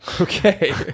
Okay